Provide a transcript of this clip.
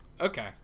Okay